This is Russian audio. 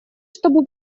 чтобы